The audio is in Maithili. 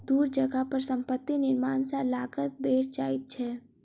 दूर जगह पर संपत्ति निर्माण सॅ लागत बैढ़ जाइ छै